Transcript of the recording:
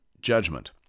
judgment